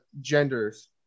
genders